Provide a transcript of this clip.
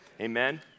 Amen